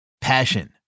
Passion